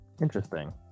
interesting